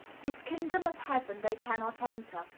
this kingdom of heaven they cannot enter,